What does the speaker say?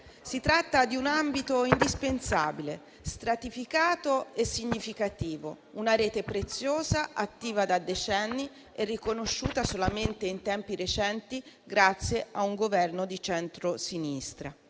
Si tratta di un ambito indispensabile, stratificato e significativo, una rete preziosa, attiva da decenni e riconosciuta solamente in tempi recenti grazie a un Governo di centrosinistra.